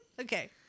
Okay